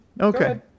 Okay